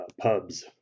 pubs